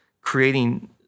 creating